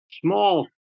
small